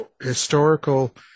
historical